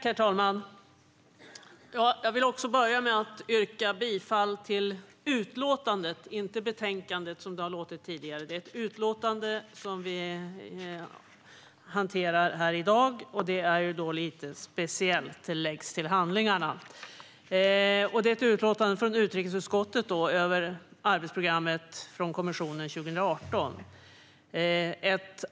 Herr talman! Jag vill börja med att yrka bifall till utskottets förslag. Det är ett utlåtande vi hanterar här i dag, och det är lite speciellt då det läggs till handlingarna. Det är ett utlåtande från utrikesutskottet över kommissionens arbetsprogram 2018.